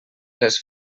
les